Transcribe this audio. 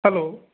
hello